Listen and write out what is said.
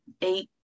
eight